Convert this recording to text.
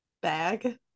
Bag